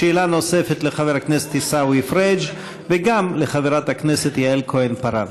שאלה נוספת לחבר הכנסת עיסאווי פריג' וגם לחברת הכנסת יעל כהן-פארן.